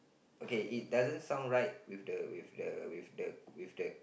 okay it doesn't sound right with the with the with the with the